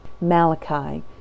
Malachi